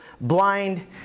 blind